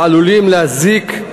העלולים להזיק,